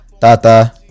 Tata